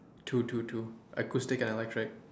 two two two acoustic and electric